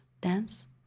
dance